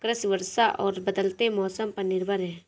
कृषि वर्षा और बदलते मौसम पर निर्भर है